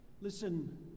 Listen